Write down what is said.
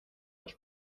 los